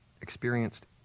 experienced